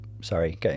sorry